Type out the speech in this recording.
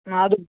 ಹಾಂ ಅದು